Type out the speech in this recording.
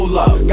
love